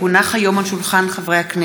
כי הונח היום על שולחן הכנסת,